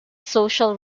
social